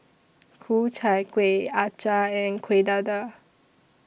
Ku Chai Kuih Acar and Kueh Dadar